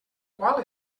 qual